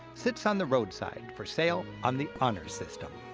sits on the roadside for sale on the honor system.